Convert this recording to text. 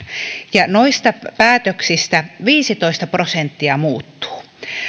ja noista päätöksistä viisitoista prosenttia muuttuu